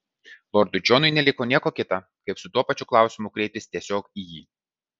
lordui džonui neliko nieko kita kaip su tuo pačiu klausimu kreiptis tiesiog į jį